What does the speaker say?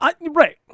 Right